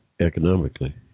economically